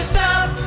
stop